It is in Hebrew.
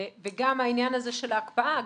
גם העניין הזה של הקפאה,